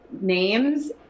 names